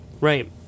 Right